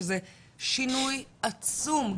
שזה שינוי עצום,